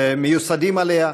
מיוסדים עליה,